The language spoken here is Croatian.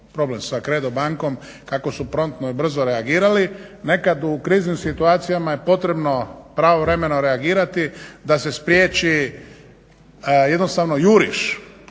problem sa Kredom bankom kako su …/Govornik se ne razumije./… i brzo reagirali. Nekad u kriznim situacijama je potrebno pravovremeno reagirati da se spriječi jednostavno juriš